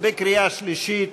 בקריאה שלישית,